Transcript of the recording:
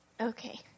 Okay